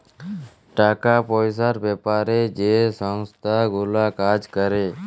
টাকা পয়সার বেপারে যে সংস্থা গুলা কাজ ক্যরে